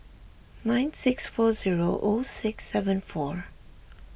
nine six four zero O six seven four